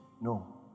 No